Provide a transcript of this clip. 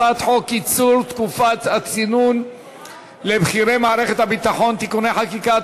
הצעת חוק קיצור תקופת הצינון לבכירי מערכת הביטחון (תיקוני חקיקה),